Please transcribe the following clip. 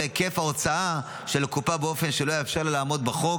היקף ההוצאה של הקופה באופן שלא יאפשר לה לעמוד בחוק,